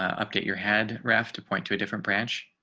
update your head raft to point to a different branch.